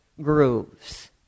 grooves